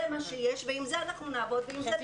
זה מה שיש ועם זה אנחנו נעבוד ועם זה ננצח.